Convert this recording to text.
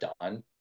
done